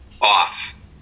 off